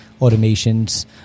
automations